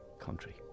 country